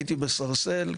הייתי בסרסל,